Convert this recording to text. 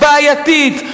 הבעייתית,